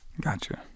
gotcha